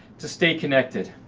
to stay connected.